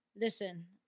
Listen